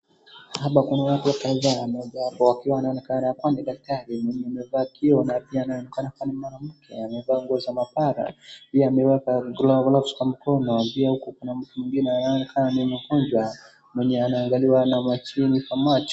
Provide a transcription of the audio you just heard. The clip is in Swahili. Hapa kuna watu kadhaa mmoja wapo wakiwa wanaonekana kuwa ni daktari mwenye amevaa kioo na pia anaonekana kuwa ni mwanamke amevaa nguo za mapara. Pia ameweka gloves kwa mkono na pia huku kuna mtu mwingine anayeonekana ni mgonjwa mwenye anaangaliwa na machine kwa macho.